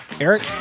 Eric